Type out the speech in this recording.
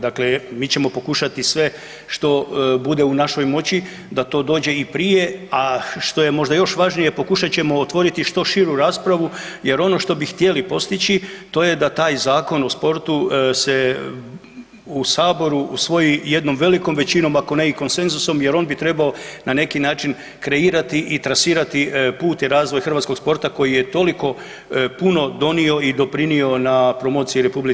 Dakle, mi ćemo pokušati sve što bude u našoj moći da to dođe i prije, a što je možda još važnije pokušat ćemo otvoriti što širu raspravu jer ono što bi htjeli postići to je da taj Zakon o sportu se u saboru usvoji jednom velikom većinom, ako ne i konsenzusom jer on bi trebao na neki način kreirati i trasirati put i razvoj hrvatskog sporta koji je toliko puno donio i doprinio na promociji RH u svijetu.